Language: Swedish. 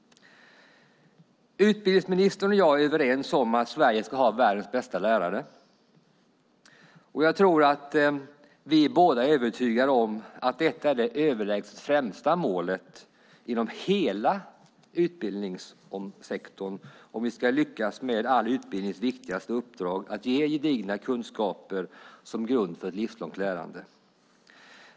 Utbildningsministern och jag är överens om att Sverige ska ha världens bästa lärare. Jag tror att vi båda är övertygade om att det är det överlägset främsta målet inom hela utbildningssektorn - detta för att vi ska lyckas med all utbildnings viktigaste uppdrag: att ge gedigna kunskaper som en grund för ett livslångt lärande.